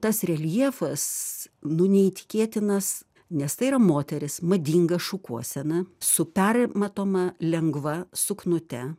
tas reljefas nu neįtikėtinas nes tai yra moteris madinga šukuosena su permatoma lengva suknute